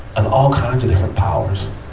of different powers.